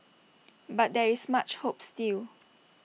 but there is much hope still